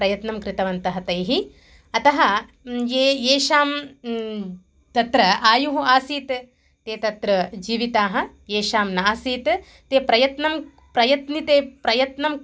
प्रयत्नं कृतवन्तः तैः अतः ये येषां तत्र आयुः आसीत् ते तत्र जीविताः येषां नासीत् ते प्रयत्नं प्रयत्निते प्रयत्ने